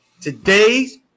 today's